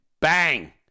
Bang